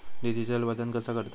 Digital वजन कसा करतत?